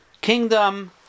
kingdom